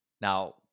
Now